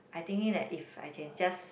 I thinking that if I can just